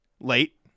late